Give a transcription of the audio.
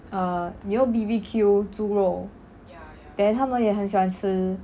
err you know B_B_Q 猪肉 then 他们也很喜欢吃